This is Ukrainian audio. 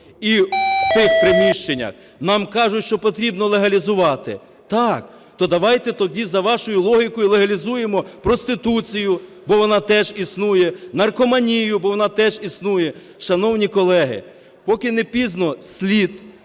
і в тих приміщеннях. Нам кажуть, що потрібно легалізувати. Так. То давайте тоді за вашою логікою легалізуємо проституцію, бо вона теж існує, наркоманію, бо вона теж існує. Шановні колеги, поки не пізно, слід